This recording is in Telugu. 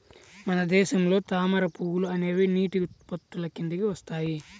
మన దేశంలో తామర పువ్వులు అనేవి నీటి ఉత్పత్తుల కిందికి వస్తాయి